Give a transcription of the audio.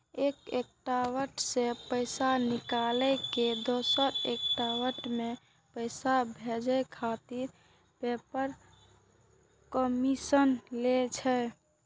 एक एकाउंट सं पैसा निकालि कें दोसर एकाउंट मे पैसा भेजै खातिर पेपल कमीशन लै छै